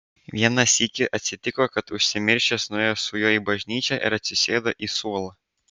vieną sykį atsitiko kad užsimiršęs nuėjo su juo į bažnyčią ir atsisėdo į suolą